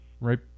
right